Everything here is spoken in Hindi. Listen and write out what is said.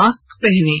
मास्क पहनें